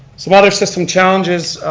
some other system challenges,